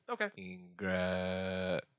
Okay